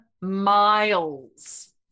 miles